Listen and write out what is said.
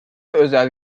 özel